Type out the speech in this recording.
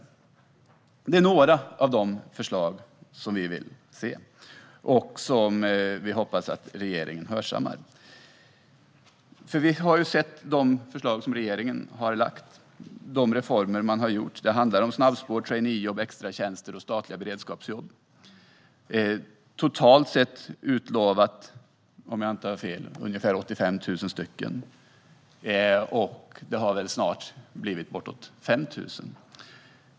Dessa är några av de ändringar som vi föreslår och som vi hoppas att regeringen hörsammar. Vi har ju sett de förslag som regeringen har lagt fram och de reformer som man har genomfört. Det handlar om snabbspår, traineejobb, extratjänster och statliga beredskapsjobb. Totalt utlovades, om jag inte har fel, ungefär 85 000 jobb - det har väl snart blivit bortåt 5 000.